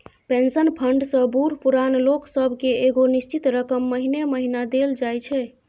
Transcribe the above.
pension fund सँ बूढ़ पुरान लोक सब केँ एगो निश्चित रकम महीने महीना देल जाइ छै